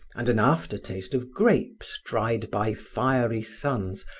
and an after-taste of grapes dried by fiery suns,